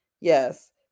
yes